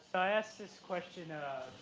i asked this question